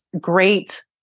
great